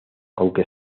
aunque